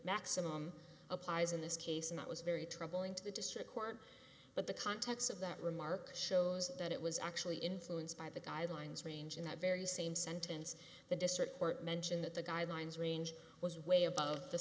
maximum applies in this case and that was very troubling to the district court but the context of that remark shows that it was actually influenced by the guidelines range in that very same sentence the district court mentioned that the guidelines range was way above the